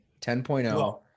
10.0